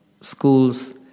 schools